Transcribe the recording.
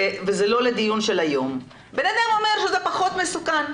וזה לא לדיון שלהיום, אדם אומר שזה פחות מסוכן.